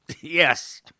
Yes